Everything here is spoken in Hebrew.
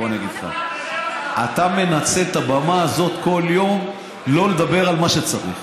אתה מנצל את הבמה הזאת כל יום לא לדבר על מה שצריך.